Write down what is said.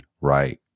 right